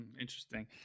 Interesting